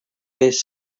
best